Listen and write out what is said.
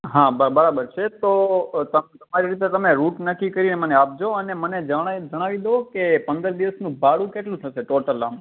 હા બરા બરાબર છે તો તમે તમારી રીતે તમે રુટ નક્કી કરી ને મને આપજો અને મને જણા જણાવી દો કે પંદર દિવસનું ભાડું કેટલું થશે ટોટલ આમ